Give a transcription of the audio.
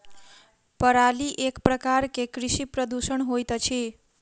पराली एक प्रकार के कृषि प्रदूषण होइत अछि